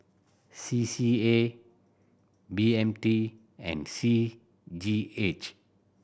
C C A B M T and C G H